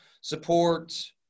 Support